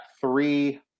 three